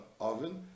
oven